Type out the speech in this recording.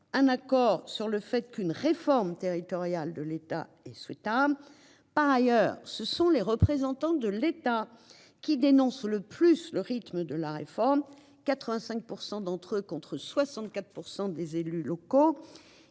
Un accord sur le fait qu'une réforme territoriale de l'État et souhaitable. Par ailleurs, ce sont les représentants de l'État qui dénonce le plus le rythme de la réforme. 85% d'entre eux contre 64% des élus locaux.